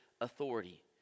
authority